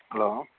hello